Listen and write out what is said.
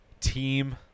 team